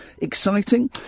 Exciting